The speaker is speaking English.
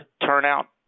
turnout